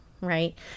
right